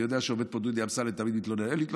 אני יודע שעומד פה דודי אמסלם ותמיד מתלונן.